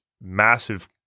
massive